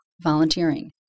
volunteering